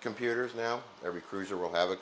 computers now every cruiser will have a